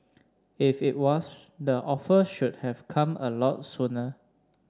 if it was the offer should have come a lot sooner